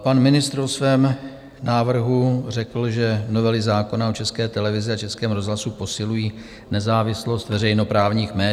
Pan ministr o svém návrhu řekl, že novely zákona o České televizi a Českém rozhlasu posilují nezávislost veřejnoprávních médií.